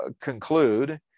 conclude